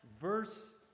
verse